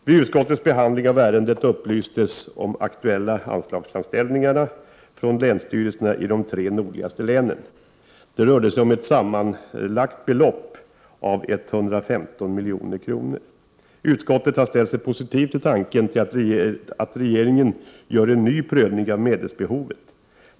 Vid utskottets behandling av ärendet upplystes om aktuella anslagsframställningar från länsstyrelserna i de tre nordligaste länen. Det rörde sig om ett sammanlagt belopp av 115 milj.kr. Utskottet har ställt sig positivt till tanken att regeringen gör en ny prövning av medelsbehovet.